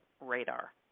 radar